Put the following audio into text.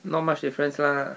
not much difference lah